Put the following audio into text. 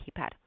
keypad